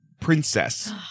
princess